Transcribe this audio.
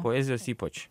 poezijos ypač